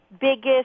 biggest